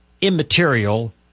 immaterial